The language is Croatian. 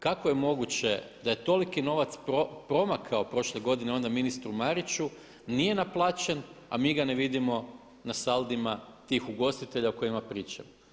Kako je moguće da je toliki novac promakao prošle godine onda ministru Mariću, nije naplaćen, a mi ga ne vidimo na saldima tih ugostitelja o kojima pričam.